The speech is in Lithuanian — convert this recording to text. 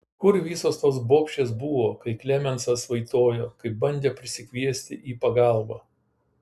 kur visos tos bobšės buvo kai klemensas vaitojo kai bandė prisikviesti į pagalbą